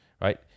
Right